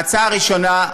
ההצעה הראשונה,